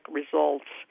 results